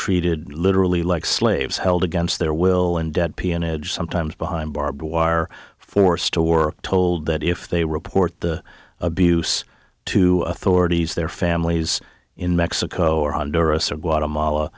treated literally like slaves held against their will and dead peonage sometimes behind barbed wire forced to work told that if they report the abuse to authorities their families in mexico or honduras or guatemala